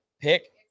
pick